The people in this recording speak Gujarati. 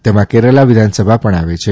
તેમાં કેરાલા વિધાનસભા પણ આવે છે